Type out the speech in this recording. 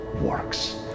works